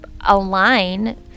align